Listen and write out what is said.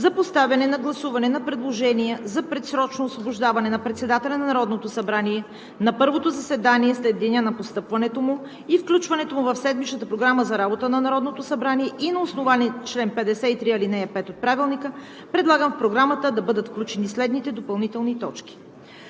за поставяне на гласуване на предложение за предсрочно освобождаване на председателя на Народното събрание на първото заседание след деня на постъпването му и включването му в седмичната Програма за работата на Народното събрание и на основание чл. 53, ал. 5 от Правилника предлагам в Програмата да бъдат включени следните допълнителни точки: